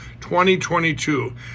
2022